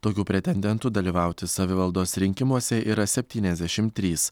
tokių pretendentų dalyvauti savivaldos rinkimuose yra septyniasdešimt trys